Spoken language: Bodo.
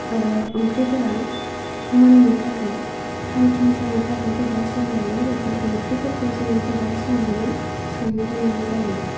ओंख्रिफोरा मोन्नो थाखाय थाम थिम जानो थाखाय गोबाव सम लायो बेफोर ओंख्रिफोरखौ जोङो गोबाव समैनो संनो गोनां जायो